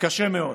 קשה מאוד.